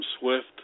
Swift